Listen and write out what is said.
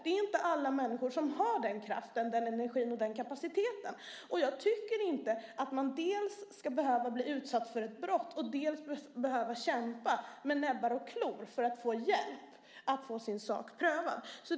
Det är inte alla människor som har den kraften, den energin och den kapaciteten. Jag tycker inte att man ska dels behöva bli utsatt för ett brott, dels behöva kämpa med näbbar och klor för att få hjälp att få sin sak prövad.